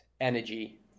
energy